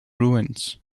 ruins